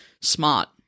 smart